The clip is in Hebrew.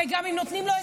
לא, מה זה קשור?